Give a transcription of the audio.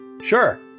Sure